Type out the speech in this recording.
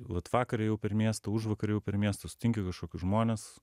vat vakar ėjau per miestą užvakar ėjau per miestą sutinki kažkokius žmones